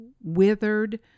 withered